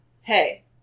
hey